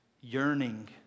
yearning